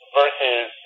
versus